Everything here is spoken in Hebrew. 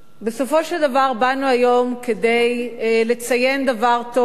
בסופו של דבר באנו היום כדי לציין דבר טוב,